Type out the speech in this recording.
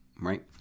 right